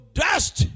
dust